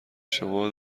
شما